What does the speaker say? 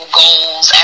goals